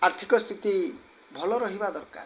ଆର୍ଥିକ ସ୍ଥିତି ଭଲ ରହିବା ଦରକାର